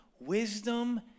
Wisdom